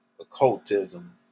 occultism